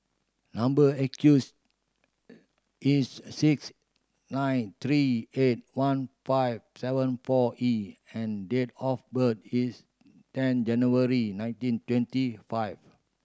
number is six nine three eight one five seven four E and date of birth is ten January nineteen twenty five